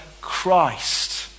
Christ